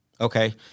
Okay